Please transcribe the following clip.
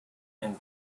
and